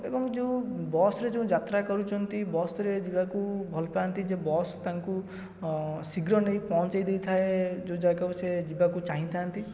ଏବଂ ଯେଉଁ ବସ୍ରେ ଯେଉଁ ଯାତ୍ରା କରୁଛନ୍ତି ବସ୍ରେ ଯିବାକୁ ଭଲପାଆନ୍ତି ଯେ ବସ୍ ତାଙ୍କୁ ଶୀଘ୍ର ନେଇ ପହଞ୍ଚାଇ ଦେଇଥାଏ ଯେଉଁ ଯାଗାକୁ ସେ ଯିବାକୁ ଚାହିଁଥାନ୍ତି